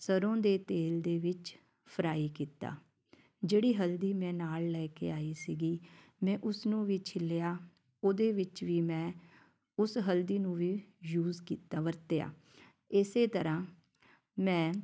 ਸਰ੍ਹੋਂ ਦੇ ਤੇਲ ਦੇ ਵਿੱਚ ਫਰਾਈ ਕੀਤਾ ਜਿਹੜੀ ਹਲਦੀ ਮੈਂ ਨਾਲ ਲੈ ਕੇ ਆਈ ਸੀਗੀ ਮੈਂ ਉਸਨੂੰ ਵੀ ਛਿਲਿਆ ਉਹਦੇ ਵਿੱਚ ਵੀ ਮੈਂ ਉਸ ਹਲਦੀ ਨੂੰ ਵੀ ਯੂਜ ਕੀਤਾ ਵਰਤਿਆ ਇਸੇ ਤਰ੍ਹਾਂ ਮੈਂ